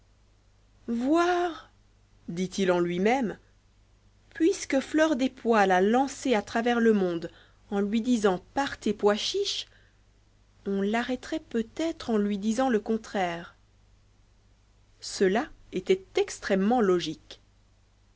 voire dit-il en lui-même puisque fleur des pois l'a lancée à travers le monde en lui disant partez pois chiche on l'arrêterait peut-être en lui disant le contraire cela était extrêmement logique